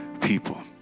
people